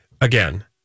Again